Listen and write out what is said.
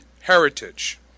heritage